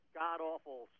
god-awful